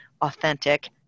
authentic